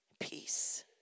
Peace